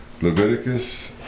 Leviticus